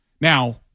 now